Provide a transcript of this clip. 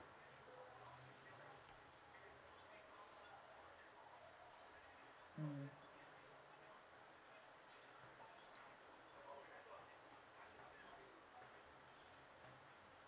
mm